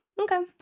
okay